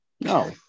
No